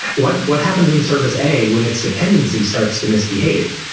what what happens in service a when its dependency starts to misbehave?